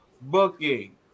booking